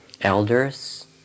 elders